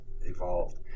evolved